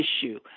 issue